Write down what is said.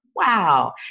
wow